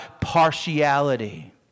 partiality